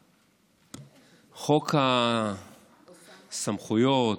חוק הסמכויות,